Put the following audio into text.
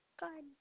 god